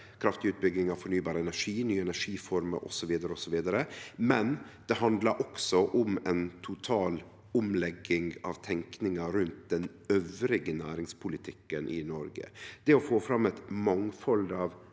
kraftig utbygging av fornybar energi, nye energiformer osv., men det handlar også om ei total omlegging av tenkinga rundt den andre næringspolitikken i Noreg. Det å få fram eit mangfald av